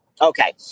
Okay